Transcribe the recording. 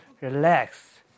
relax